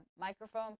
microphone